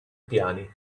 piani